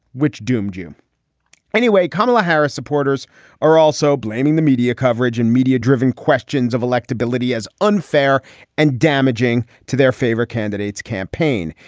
which doomed you anyway? kamala harris supporters are also blaming the media coverage and media driven questions of electability as unfair and damaging to their favorite candidate's campaign.